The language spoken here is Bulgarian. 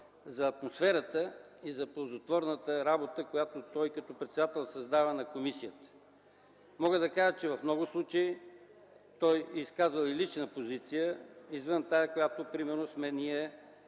за атмосферата и за ползотворната работа, която той, като председател, създава на комисията. В много случаи той е изказвал и лична позиция, извън тази, която примерно ние